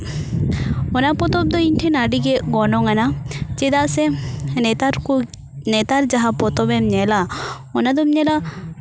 ᱚᱱᱟ ᱯᱚᱛᱚᱵᱽ ᱫᱚ ᱤᱧ ᱴᱷᱮᱱ ᱟᱹᱰᱤ ᱜᱮ ᱜᱚᱱᱚᱝᱟᱱᱟᱝ ᱪᱮᱫᱟᱜ ᱥᱮ ᱱᱮᱛᱟᱨ ᱠᱚ ᱱᱮᱛᱟᱨ ᱡᱟᱦᱟᱸ ᱯᱚᱛᱚᱵᱮᱢ ᱧᱮᱞᱟ ᱚᱱᱟ ᱫᱚᱢ ᱧᱮᱞᱟ